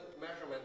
measurement